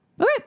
Okay